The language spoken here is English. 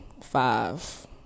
five